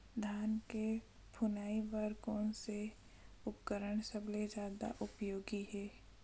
धान के फुनाई बर कोन से उपकरण सबले जादा उपयोगी हे?